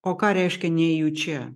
o ką reiškia nejučia